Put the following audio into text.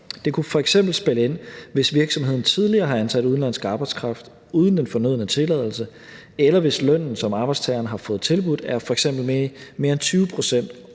Det kunne f.eks. spille ind, hvis virksomheden tidligere har ansat udenlandsk arbejdskraft uden den fornødne tilladelse, eller hvis lønnen, som arbejdstageren har fået tilbudt, er f.eks. mere end 20 pct.